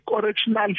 correctional